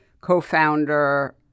co-founder